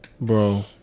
Bro